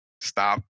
stop